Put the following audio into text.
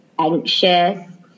anxious